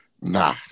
Nah